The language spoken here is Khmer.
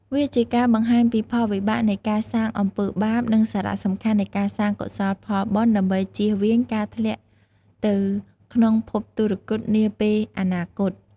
វាជាការបង្ហាញពីផលវិបាកនៃការសាងអំពើបាប និងសារៈសំខាន់នៃការសាងកុសលផលបុណ្យ ដើម្បីជៀសវាងការធ្លាក់ទៅក្នុងភពទុគ៌តនាពេលអនាគត។